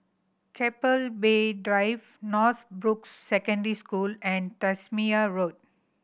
Keppel Bay Drive Northbrooks Secondary School and Tasmania Road